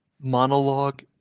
monologue